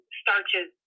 starches